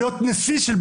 שיטת